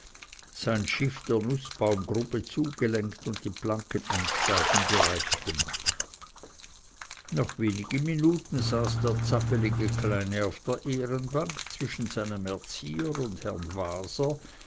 sein schiff der nußbaumgruppe zugelenkt und die planke zum einsteigen bereitgemacht nach wenigen minuten saß der zapplige kleine auf der ehrenbank zwischen seinem erzieher und herrn waser